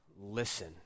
listen